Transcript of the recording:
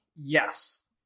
Yes